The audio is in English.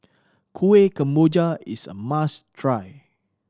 Kueh Kemboja is a must try